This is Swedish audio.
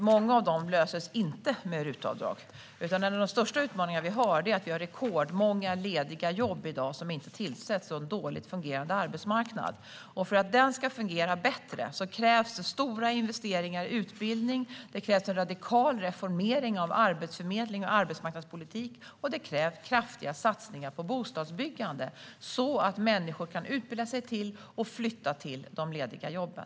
Många av dem löses inte med RUT-avdrag. En av de största utmaningarna är att vi i dag har rekordmånga lediga jobb som inte tillsätts, och vi har en dåligt fungerande arbetsmarknad. För att den ska fungera bättre krävs stora investeringar i utbildning. Det krävs en radikal reformering av arbetsförmedling och arbetsmarknadspolitik, och det krävs kraftiga satsningar på bostadsbyggande. På så sätt kan människor utbilda sig till och flytta till de lediga jobben.